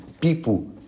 people